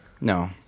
No